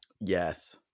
Yes